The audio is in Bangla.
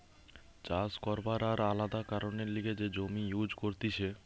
চাষ করবার আর আলাদা কারণের লিগে যে জমি ইউজ করতিছে